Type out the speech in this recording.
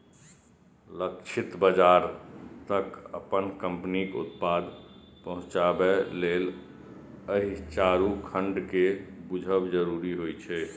लक्षित बाजार तक अपन कंपनीक उत्पाद पहुंचाबे लेल एहि चारू खंड कें बूझब जरूरी होइ छै